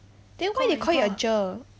then why they call it a GER